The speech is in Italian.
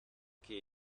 che